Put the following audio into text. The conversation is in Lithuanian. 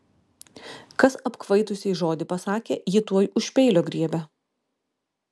kas apkvaitusiai žodį pasakė ji tuoj už peilio griebia